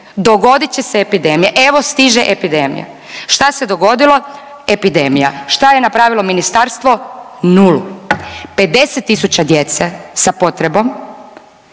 Dogodit će se epidemija. Evo, stiže epidemija. Šta se dogodilo? Epidemija. Šta je napravilo ministarstvo? Nulu. 50 tisuća djece sa potrebom,